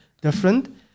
different